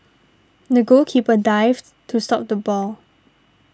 the goalkeeper dived to stop the ball